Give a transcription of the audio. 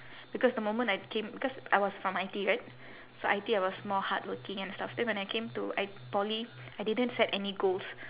because the moment I came because I was from I_T_E right so I_T_E I was more hardworking and stuff then when I came to I~ poly I didn't set any goals